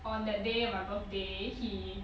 on that day my birthday he